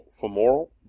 femoral